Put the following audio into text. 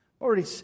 already